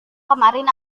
kemarin